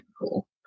cool